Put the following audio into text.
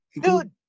dude